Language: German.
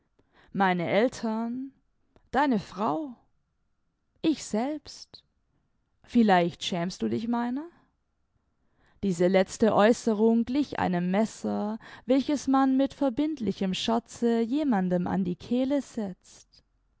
meine eltern deine frau ich selbst vielleicht schämst du dich meiner diese letzte aeußerung glich einem messer welches man mit verbindlichem scherze jemandem an die kehle setzt